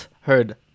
heard